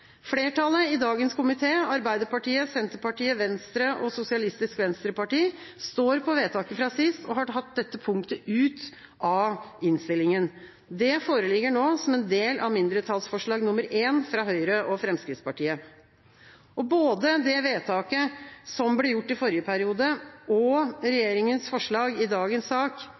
Flertallet i dagens komite – Arbeiderpartiet, Senterpartiet, Venstre og SV – står på vedtaket fra sist og har tatt dette punktet ut av innstillinga. Det foreligger nå som en del av mindretallsforslag nr. 1 fra Høyre og Fremskrittspartiet. Både det vedtaket som ble gjort i forrige periode, og regjeringas forslag i dagens sak